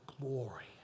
glory